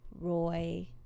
Roy